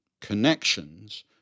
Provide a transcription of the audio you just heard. connections